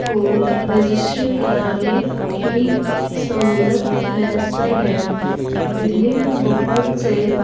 کو رجسٹر کرانے کی سہولت میسر ہے دہلی میں بہت سے